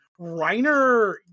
Reiner